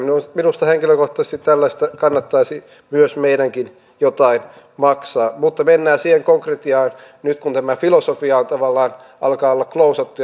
minusta henkilökohtaisesti tällaisesta kannattaisi myös meidän jotain maksaa mutta mennään siihen konkretiaan nyt kun tämä filosofia alkaa olla klousattu